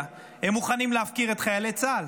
הם מוכנים להפקיר את חיילי צה"ל.